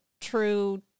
true